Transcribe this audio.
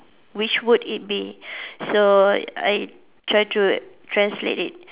which would it be so I try to translate it